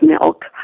milk